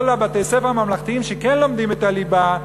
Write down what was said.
בתי-הספר הממלכתיים שכן לומדים את הליבה,